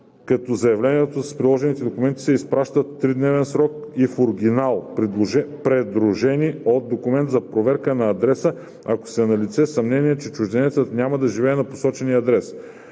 като заявлението с приложените документи се изпращат в тридневен срок и в оригинал, придружени от документ за проверка на адреса, ако са налице съмнения, че чужденецът няма да живее на посочения адрес.